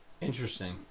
Interesting